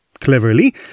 Cleverly